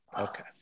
okay